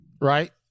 right